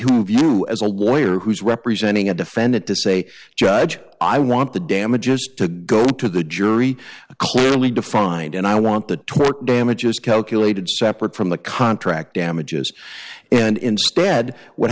you as a lawyer who's representing a defendant to say judge i want the damages to go to the jury a clearly defined and i want the tort damages calculated separate from the contract damages and instead what